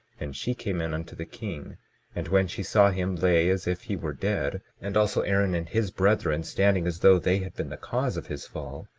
and she came in unto the king and when she saw him lay as if he were dead, and also aaron and his brethren standing as though they had been the cause of his fall,